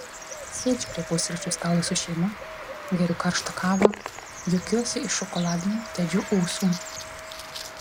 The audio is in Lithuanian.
sėdžiu prie pusryčių stalo su šeima geriu karštą kavą juokiuosi iš šokoladinių tedžio ūsų